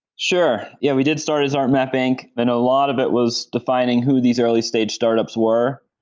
sure. yeah, we did start as artmap inc. and a lot of it was defining who these early-stage startups were.